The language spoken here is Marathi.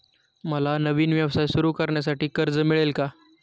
मला नवीन व्यवसाय सुरू करण्यासाठी कर्ज मिळेल का?